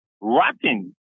rotten